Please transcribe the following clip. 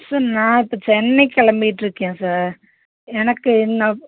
sir நான் இப்போ சென்னைக்கு கிளம்பிட்டுருக்கேன் சார் எனக்கு இன்னும்